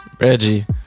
Reggie